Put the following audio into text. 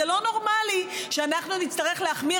זה לא נורמלי שאנחנו נצטרך להחמיר